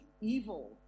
evil